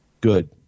Good